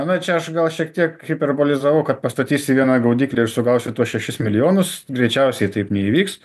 na čia aš gal šiek tiek hiperbolizavau kad pastatysi vieną gaudyklę ir sugausi tuos šešis milijonus greičiausiai taip neįvyks